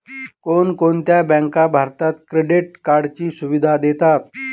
कोणकोणत्या बँका भारतात क्रेडिट कार्डची सुविधा देतात?